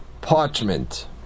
parchment